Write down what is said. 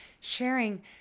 sharing